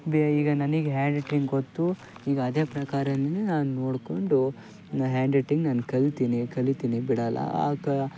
ಬೇ ಈಗ ನನಿಗೆ ಹ್ಯಾಂಡ್ರೈಟಿಂಗ್ ಗೊತ್ತು ಈಗ ಅದೇ ಪ್ರಕಾರವೇ ನಾನು ನೋಡಿಕೊಂಡು ನ ಹ್ಯಾಂಡ್ರೈಟಿಂಗ್ ನಾನು ಕಲ್ತೀನಿ ಕಲಿತೀನಿ ಬಿಡಲ್ಲ ಆಗ